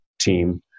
team